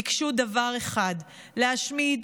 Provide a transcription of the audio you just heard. ביקשו דבר אחד: להשמיד,